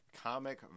comic